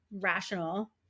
rational